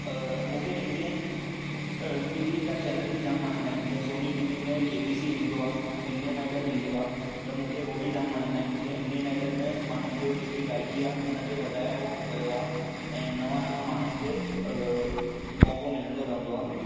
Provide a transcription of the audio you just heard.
मूंखे Indian TV जा channel बि जामु वणंदा आहिनि जीअं सोनी टीवी में केबीसी ईंदो आहे इंडियन आइडिल ईंदो आहे त मूंखे उहो बि जामु वणंदा आहिनि जीअं इंडियन आइडिल में माण्हुनि जो जेकी गाइकी आहे उनखे वधायो वियो आहे ऐंं नवां नवां माण्हुनि खे मौक़ो मिलंदो रहंदो आहे